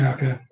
Okay